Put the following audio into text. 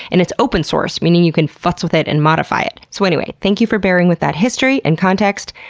and it's open source, meaning you can futz with it and modify it. so anyways, thank you for bearing with that history and context.